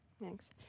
Thanks